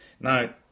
Now